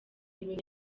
ibintu